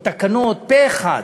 או תקנות, פה-אחד,